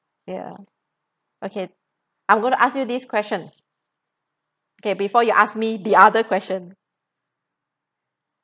ya okay I'm going to ask you this question okay before you ask me the other question